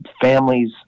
families